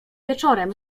wieczorem